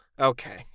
okay